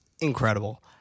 incredible